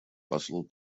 послу